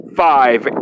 five